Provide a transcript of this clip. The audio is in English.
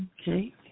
Okay